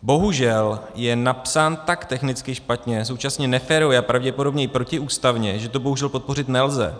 Bohužel je napsán tak technicky špatně, současně neférově a pravděpodobně i protiústavně, že to bohužel podpořit nelze.